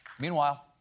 Meanwhile